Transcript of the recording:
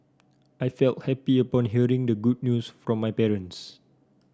I felt happy upon hearing the good news from my parents